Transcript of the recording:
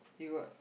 you got